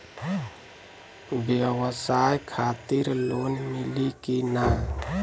ब्यवसाय खातिर लोन मिली कि ना?